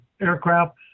aircraft